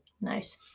Nice